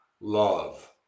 love